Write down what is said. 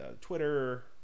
Twitter